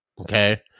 Okay